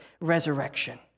resurrection